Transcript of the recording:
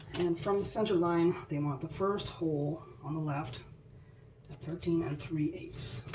and from the centerline they want the first hole on the left at thirteen and three eight. so